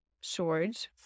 swords